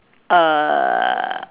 uh